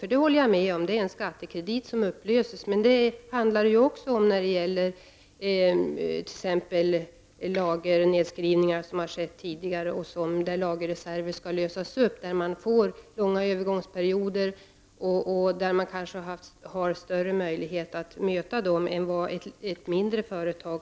Jag håller med om att det är en skattekredit som försvinner, men detsamma gäller ju t.ex. lagernedskrivningar som skett tidigare men där lagerreserver skall lösas upp. Det blir långa övergångsperioder, och större företag har i samband med den här skattereformen kanske bättre möjligheter att klara problemen än mindre företag.